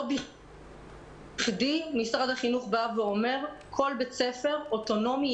לא בכדִי משרד החינוך אומר שכל בית ספר אוטונומי,